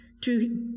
To